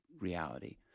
reality